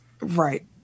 Right